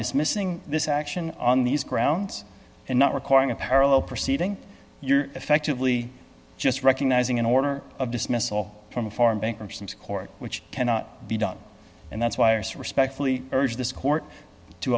dismissing this action on these grounds and not requiring a parallel proceeding you're effectively just recognizing an order of dismissal from a foreign bankruptcy court which cannot be done and that's why are so respectfully urge this court to